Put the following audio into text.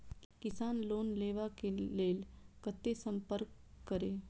किसान लोन लेवा के लेल कते संपर्क करें?